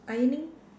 ironing